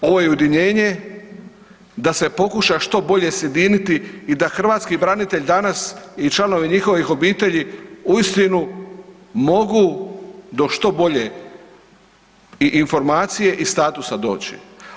Ovo je ujedinjenje da se pokuša što bolje sjediniti i da hrvatski branitelj danas i članovi njihovih obitelji uistinu mogu do što bolje informacije i statusa doći.